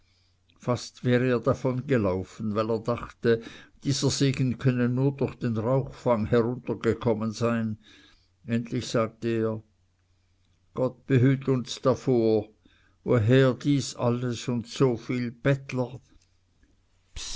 fast wäre er davongelaufen weil er dachte dieser segen könne nur durch den rauchfang heruntergekommen sein endlich sagte er gott behüt uns davor woher dies alles und so viel bettler